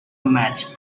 match